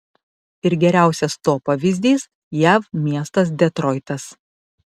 ir geriausias to pavyzdys jav miestas detroitas